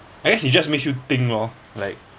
I guess it just makes you think lor like